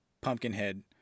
Pumpkinhead